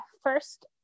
first